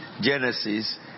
Genesis